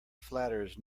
flatters